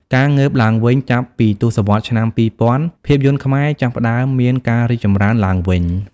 ការងើបឡើងវិញ ចាប់ពីទសវត្សរ៍ឆ្នាំ២០០០ ភាពយន្តខ្មែរចាប់ផ្ដើមមានការរីកចម្រើនឡើងវិញ។